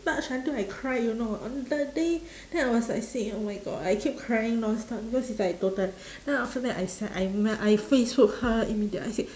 touched until I cry you know on the day then I was like saying oh my god I keep crying nonstop because it's like tota~ then after that I said I me~ I facebook her immediately I said